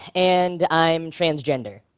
and i'm transgender.